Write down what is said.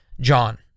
John